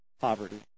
poverty